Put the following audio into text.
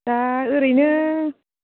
दा ओरैनो